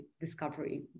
discovery